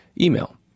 email